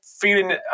feeling